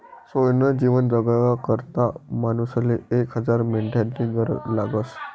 सोयनं जीवन जगाकरता मानूसले एक हजार मेंढ्यास्नी गरज लागस